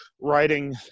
writing